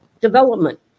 development